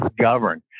govern